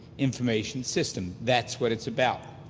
information, system. that's what it's about.